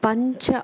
पञ्चाः